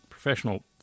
professional